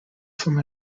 from